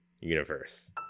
universe